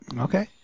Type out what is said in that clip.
Okay